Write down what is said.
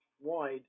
wide